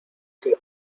que